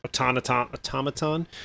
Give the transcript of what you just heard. automaton